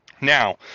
Now